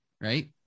right